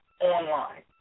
online